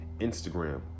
Instagram